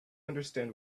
understand